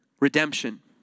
redemption